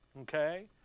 okay